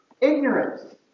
ignorance